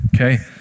Okay